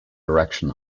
direction